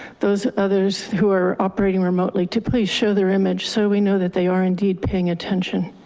those others who are operating remotely to please show their image. so we know that they are indeed paying attention.